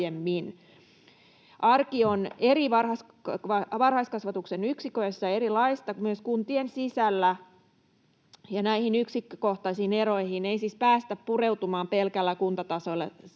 Arki on eri varhaiskasvatuksen yksiköissä erilaista myös kuntien sisällä, ja näihin yksikkökohtaisiin eroihin ei siis päästä pureutumaan pelkällä kuntatasoisella